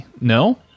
no